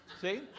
See